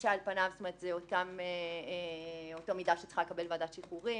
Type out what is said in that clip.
על פניו זאת אותה מידה שצריכה לקבל ועדת שחרורים,